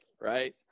right